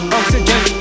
oxygen